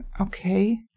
Okay